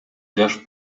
жаш